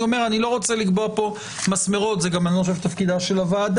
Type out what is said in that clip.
אני לא רוצה לקבוע פה מסמרות זה גם לא תפקיד הוועדה.